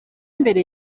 imbere